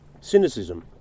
Cynicism